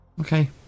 Okay